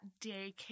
daycare